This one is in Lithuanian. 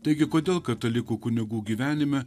taigi kodėl katalikų kunigų gyvenime